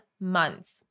months